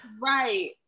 right